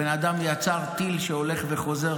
הבן אדם יצר טיל שהולך וחוזר,